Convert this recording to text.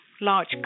large